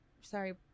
sorry